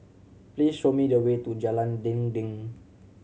please show me the way to Jalan Dinding